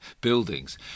buildings